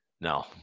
No